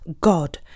God